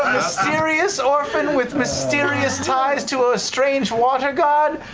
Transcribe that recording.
mysterious orphan with mysterious ties to a strange water god,